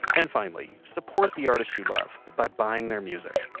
and finally, support the artists you love by buying their music,